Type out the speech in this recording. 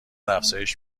افزایش